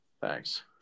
Thanks